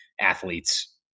athletes